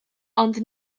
ond